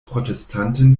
protestanten